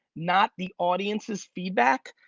not the audience's feedback,